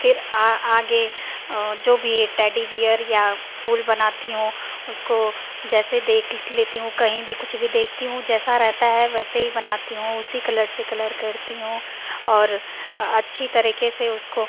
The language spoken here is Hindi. फ़िर आ आगे जो भी एक टैडी बीयर या फ़ूल बनाती हूँ उसको जैसे देख लेती हूँ कही भी कुछ भी देखती हूँ जैसा रहता है वैसे ही बनाती हूँ उसी कलर से कलर करती हूँ और अच्छी तरीके से उसको